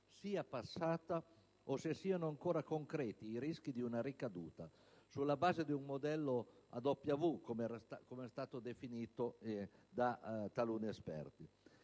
sia passata o se siano ancora concreti i rischi di una ricaduta secondo il modello a "W", com'è stato definito da taluni esperti.